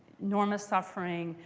enormous suffering,